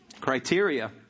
Criteria